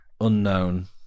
unknown